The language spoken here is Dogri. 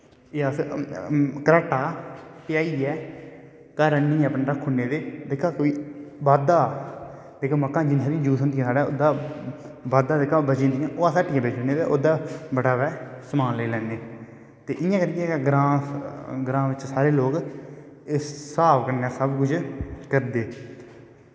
एह् अस कराटा दा प्याहियै घर आह्नियैं अपनैं रक्खी ओड़नें ते जेह्का कोई बाद्दे दा जेह्कियां मक्कां जिन्नियां सारियां साढ़ै जूस होंदियां बद्द जेह्कियां अस हट्टियां बेची ओड़नें ते ओह्दै बटावै समान लेई लैन्ने ते इयां करियै गै ग्रांऽ बिच्च साढ़े लोग इस हिसाव कन्नै सब कुश करदे